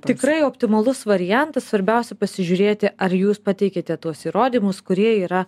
tikrai optimalus variantas svarbiausia pasižiūrėti ar jūs pateikiate tuos įrodymus kurie yra